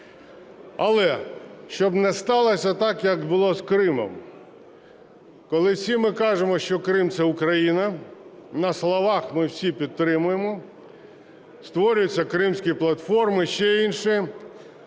Але щоб не сталося так, як було з Кримом, коли всі ми кажемо, що Крим – це Україна, на словах ми всі підтримуємо, створюються "кримські платформи", ще інше,